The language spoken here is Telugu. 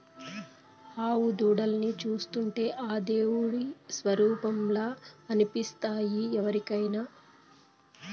ఆవు దూడల్ని చూస్తుంటే ఆ దేవుని స్వరుపంలా అనిపిస్తాయి ఎవరికైనా